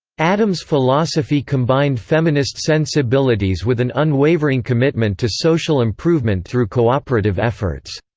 addams' philosophy combined feminist sensibilities with an unwavering commitment to social improvement through cooperative efforts.